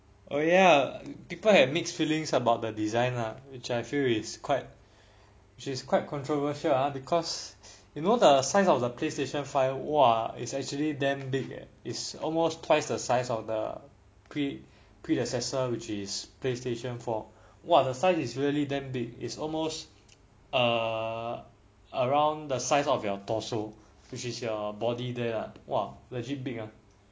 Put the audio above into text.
oh ya people had mixed feelings about the design lah which I feel is quite she is quite controversial because you know the size of the play station five !wah! is actually damn big eh is almost twice the size of the predecessor which is playstation four !wah! the size is really damn big it's almost err around the size of your torso which is your body there ah !wah! legit big ah